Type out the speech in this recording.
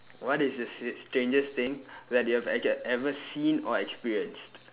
what is the st~ strangest thing that you have ever ever seen or experienced